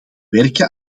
werken